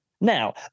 Now